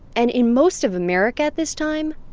and in most of america at this time,